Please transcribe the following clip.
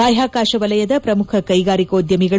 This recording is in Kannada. ಬಾಹ್ವಾಕಾಶ ವಲಯದ ಪ್ರಮುಖ ಕೈಗಾರಿಕೋದ್ದಮಿಗಳು